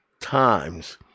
times